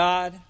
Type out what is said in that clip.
God